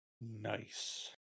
Nice